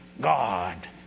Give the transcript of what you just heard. God